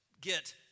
get